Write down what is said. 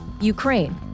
Ukraine